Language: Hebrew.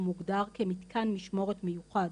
הוא מוגדר כמתקן משמורת מיוחד,